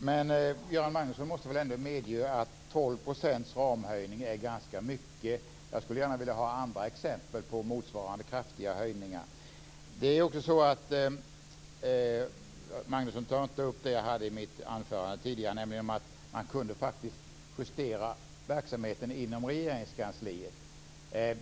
Fru talman! Göran Magnusson måste väl ändå medge att en höjning av ramen med 12 % är ganska mycket. Jag skulle gärna vilja ha andra exempel på motsvarande kraftiga höjningar. Magnusson nämnde inte det som jag tog upp i mitt anförande tidigare, nämligen att man borde kunna justera verksamheten inom Regeringskansliet.